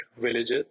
villages